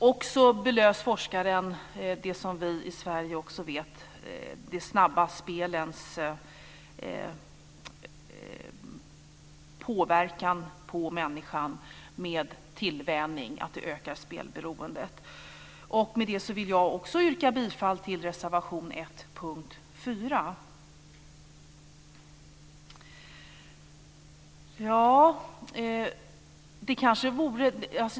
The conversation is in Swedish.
Forskaren belyste också det som vi känner till i Sverige, nämligen de snabba spelens påverkan på människan genom tillvänjning och hur spelberoendet ökar genom det. Med detta vill jag yrka bifall till reservation 1 under punkt 4.